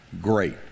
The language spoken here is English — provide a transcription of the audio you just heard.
great